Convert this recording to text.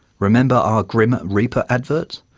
remember our grim reaper adverts?